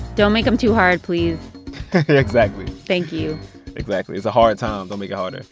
don't make them too hard, please exactly thank you exactly. it's a hard time. don't make ah and